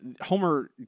Homer